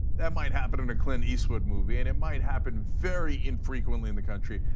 that might happen in a clint eastwood movie and it might happen very infrequently in the country.